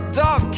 dog